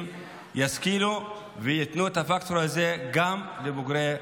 ישכילו וייתנו את הפקטור הזה גם לבוגרי חו"ל.